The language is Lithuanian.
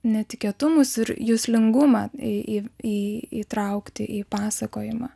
netikėtumus ir juslingumą į į įtraukti į pasakojimą